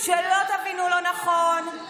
שלא תבינו לא נכון, טלי,